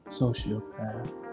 sociopath